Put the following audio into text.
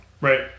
Right